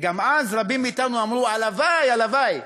וגם אז רבים מאתנו אמרו: הלוואי, הלוואי